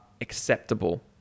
acceptable